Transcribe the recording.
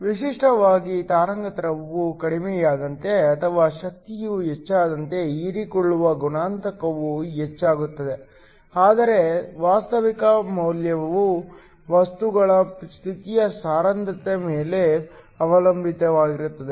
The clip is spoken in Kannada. ವಿಶಿಷ್ಟವಾಗಿ ತರಂಗಾಂತರವು ಕಡಿಮೆಯಾದಂತೆ ಅಥವಾ ಶಕ್ತಿಯು ಹೆಚ್ಚಾದಂತೆ ಹೀರಿಕೊಳ್ಳುವ ಗುಣಾಂಕವು ಹೆಚ್ಚಾಗುತ್ತದೆ ಆದರೆ ವಾಸ್ತವಿಕ ಮೌಲ್ಯವು ವಸ್ತುಗಳ ಸ್ಥಿತಿಯ ಸಾಂದ್ರತೆಯ ಮೇಲೆ ಅವಲಂಬಿತವಾಗಿರುತ್ತದೆ